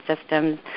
systems